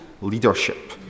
leadership